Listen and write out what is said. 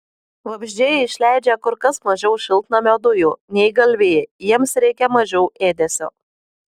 vabzdžiai išleidžia kur kas mažiau šiltnamio dujų nei galvijai jiems reikia mažiau ėdesio